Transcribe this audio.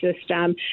system